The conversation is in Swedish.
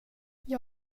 jag